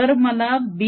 तर मला B